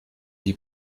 die